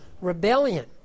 rebellion